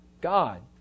God